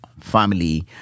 family